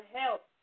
help